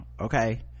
okay